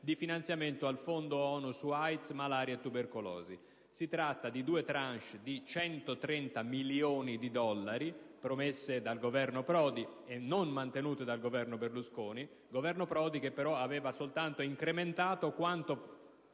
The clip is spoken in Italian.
di finanziamento al fondo ONU su AIDS, malaria e tubercolosi. Si tratta di due *tranche* di 130 milioni di dollari promesse dal Governo Prodi e non mantenute dal Governo Berlusconi: il Governo Prodi, però, aveva soltanto incrementato quanto